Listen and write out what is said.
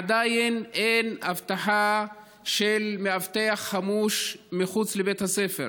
עדיין אין אבטחה של מאבטח חמוש מחוץ לבית הספר.